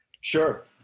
sure